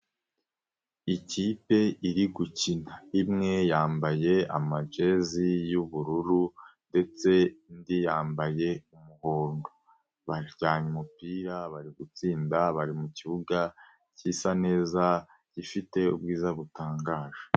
Ikipe iri gukina, imwe yambaye amajezi y'ubururu ndetse indi yambaye umuhondo, bajyanye umupira, bari gutsinda, bari mu kibuga gisa neza, gifite ubwiza butangaje.